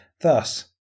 Thus